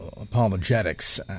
apologetics